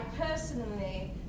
personally